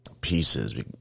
Pieces